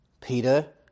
Peter